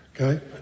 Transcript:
Okay